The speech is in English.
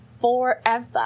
forever